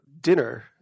dinner